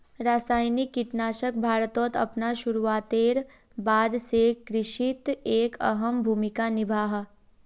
रासायनिक कीटनाशक भारतोत अपना शुरुआतेर बाद से कृषित एक अहम भूमिका निभा हा